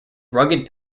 rugged